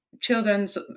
children's